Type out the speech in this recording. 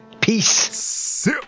Peace